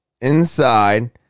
inside